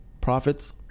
profits